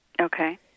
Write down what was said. Okay